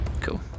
Cool